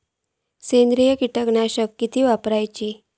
सेंद्रिय कीटकनाशका किती वापरूची?